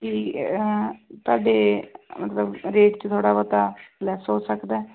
ਅਤੇ ਤੁਹਾਡੇ ਮਤਲਬ ਰੇਟ 'ਚ ਥੋੜ੍ਹਾ ਬਹੁਤਾ ਲੈਸ ਹੋ ਸਕਦਾ